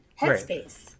headspace